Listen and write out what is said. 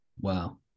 Wow